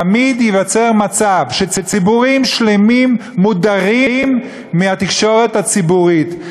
תמיד ייווצר מצב שציבורים שלמים מודרים מהתקשורת הציבורית.